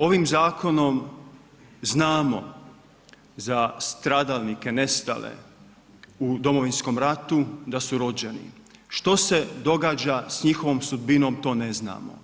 Ovim Zakonom znamo za stradalnike, nestale u Domovinskom ratu da su rođeni, što se događa s njihovom sudbinom to ne znamo,